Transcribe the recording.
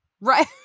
right